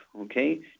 okay